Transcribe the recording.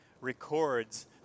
records